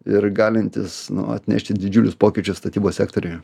ir galintys atnešti didžiulius pokyčius statybos sektoriuje